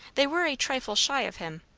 they were a trifle shy of him.